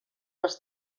els